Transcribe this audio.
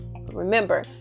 Remember